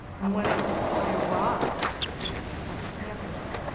and when i arrived and at the campus,